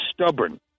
stubborn